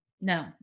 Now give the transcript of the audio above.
No